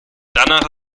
danach